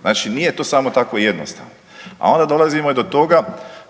Znači nije to samo tako jednostavno. A onda dolazimo do toga